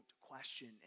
question